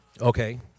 Okay